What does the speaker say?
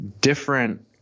different